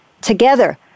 together